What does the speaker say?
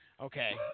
Okay